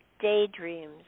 Daydreams